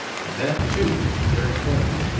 and that, too, very plain,